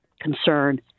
concern